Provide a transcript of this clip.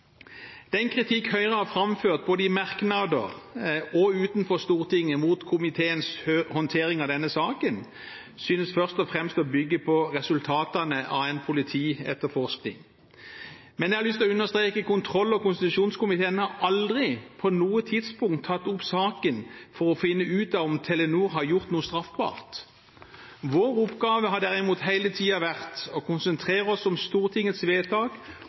Den kritikk Høyre har framført både i merknader og utenfor Stortinget mot komiteens håndtering av denne saken, synes først og fremst å bygge på resultatene av en politietterforskning. Jeg har lyst til å understreke at kontroll- og konstitusjonskomiteen aldri på noe tidspunkt har tatt opp saken for å finne ut av om Telenor har gjort noe straffbart. Vår oppgave har derimot hele tiden vært å konsentrere oss om Stortingets vedtak